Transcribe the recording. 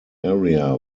area